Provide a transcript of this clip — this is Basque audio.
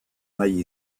nahi